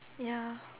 ya